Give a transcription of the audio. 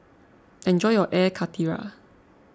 enjoy your Air Karthira